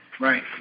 Right